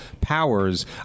powers